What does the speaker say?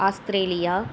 Australia